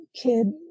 kid